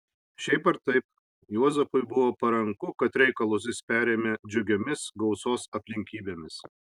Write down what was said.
šiaip ar taip juozapui buvo paranku kad reikalus jis perėmė džiugiomis gausos aplinkybėmis